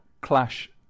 clash